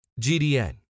GDN